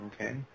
Okay